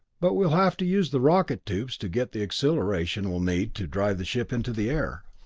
but we'll have to use the rocket tubes to get the acceleration we'll need to drive the ship into the air.